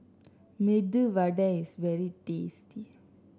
Medu Vada is very tasty